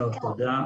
תודה.